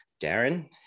Darren